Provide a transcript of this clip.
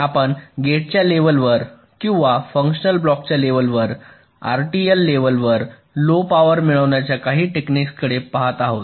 आपण गेट्सच्या लेव्हलवर किंवा फंक्शनल ब्लॉकच्या लेव्हलवर आरटीएल लेव्हलवर लो पावर मिळविण्याच्या काही टेक्निक्स कडे पाहत आहोत